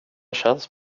känns